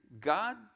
God